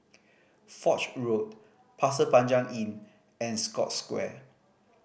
Foch Road Pasir Panjang Inn and Scotts Square